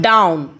Down